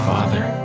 Father